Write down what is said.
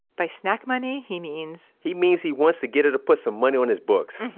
by snack money he means, he means he wants to get her to put some money on his books,